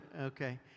Okay